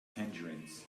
tangerines